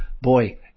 boy